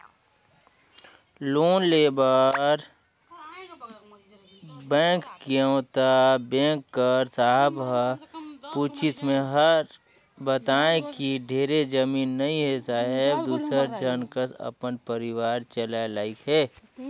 loan लेय बर bank गेंव त बेंक कर साहब ह पूछिस मै हर बतायें कि ढेरे जमीन नइ हे साहेब दूसर झन कस अपन परिवार चलाय लाइक हे